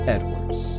Edwards